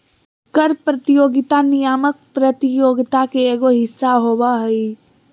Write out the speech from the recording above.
कर प्रतियोगिता नियामक प्रतियोगित के एगो हिस्सा होबा हइ